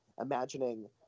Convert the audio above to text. imagining